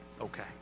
okay